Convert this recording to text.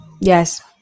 yes